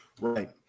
right